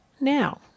now